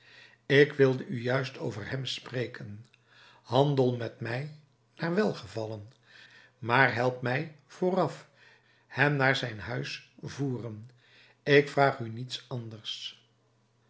ik wilde u juist over hem spreken handel met mij naar welgevallen maar help mij vooraf hem naar zijn huis voeren ik vraag u niets anders